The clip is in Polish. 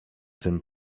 tym